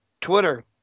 Twitter